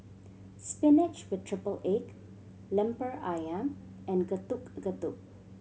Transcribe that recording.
spinach with triple egg Lemper Ayam and Getuk Getuk